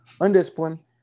undisciplined